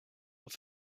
were